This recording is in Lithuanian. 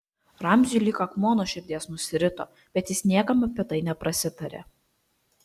ramziui lyg akmuo nuo širdies nusirito bet jis niekam apie tai neprasitarė